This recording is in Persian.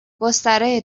گستره